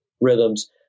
rhythms